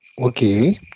Okay